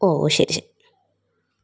ഓ ശരി ശരി